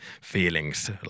feelings